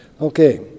Okay